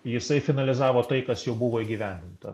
jisai finalizavo tai kas jau buvo įgyvendinta